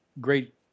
great